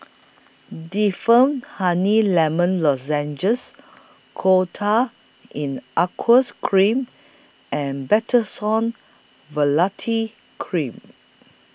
Difflam Honey Lemon Lozenges Coal Tar in Aqueous Cream and Betamethasone Valerate Cream